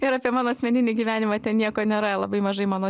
ir apie mano asmeninį gyvenimą ten nieko nėra labai mažai mano